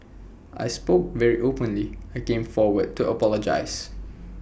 I spoke very openly I came forward to apologise